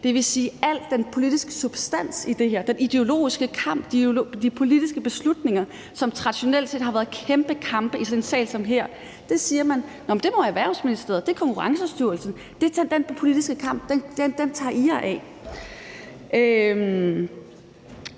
til hele den politiske substans i det her, den ideologiske kamp og de politiske beslutninger, som traditionelt set har udløst kæmpe kampe i den her sal, siger man: Det må Erhvervsministeriet om, det ligger i Konkurrencestyrelsen, den politiske kamp tager de sig